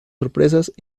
sorpresas